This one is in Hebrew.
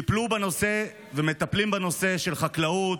טיפלו בנושא ומטפלים בנושא של חקלאות,